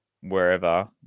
wherever